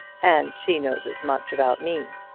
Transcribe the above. and she knows as much about me.